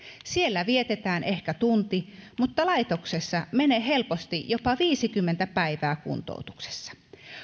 siellä vietetään ehkä tunti mutta laitoksessa menee helposti jopa viisikymmentä päivää kuntoutuksessa